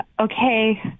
okay